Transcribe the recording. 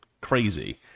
crazy